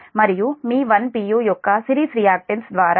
u యొక్క series reactance ద్వారా